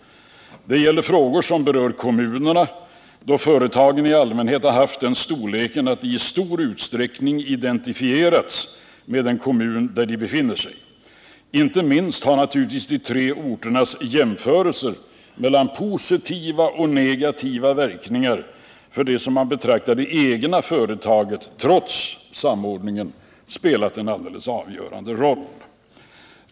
Det gäller frågor som rör kommunerna, då företagen i allmänhet haft den storleken att de i stor utsträckning identifierats med den kommun där de befinner sig. Inte minst har naturligtvis de tre orternas jämförelser mellan positiva och negativa verkningar för det som de betraktat som det egna företaget — trots samordningen — spelat en alldeles avgörande roll.